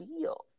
deal